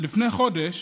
לפני חודש